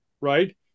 right